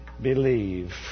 believe